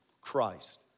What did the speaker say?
Christ